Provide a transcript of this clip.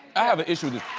i have an issue.